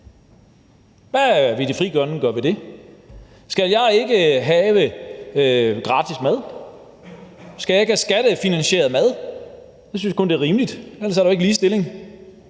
Hvad vil Frie Grønne gøre ved det? Skal jeg ikke have gratis mad? Skal jeg ikke have skattefinansieret mad? Jeg synes kun, det er rimeligt; ellers er der jo ikke ligestilling.